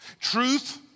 Truth